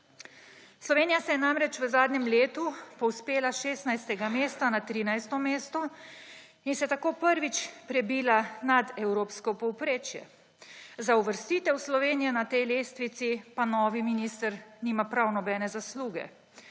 Slovenija se je namreč v zadnjem letu povzpela s 16. mesta na 13. mesto in se tako prvič prebila nad evropsko povprečje. Za uvrstitev Slovenije na tej lestvici pa novi minister nima prav nobene zasluge.